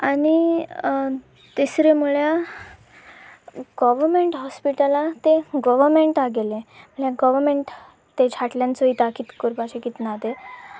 आनी तिसरें म्हळ्यार गवमेंट हॉस्पिटलां तें गोवमेंटा गेलें म्हळ्यार गोवमेंट ताच्या फाटल्यान चोयता कितें करपाचें कितें ना तें